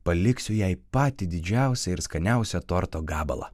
paliksiu jai patį didžiausią ir skaniausią torto gabalą